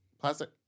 plastic